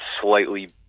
slightly